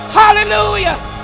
hallelujah